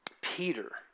Peter